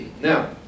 Now